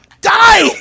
DIE